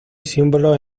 símbolos